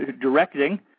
directing